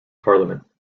parliament